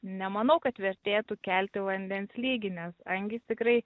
nemanau kad vertėtų kelti vandens lygį nes angys tikrai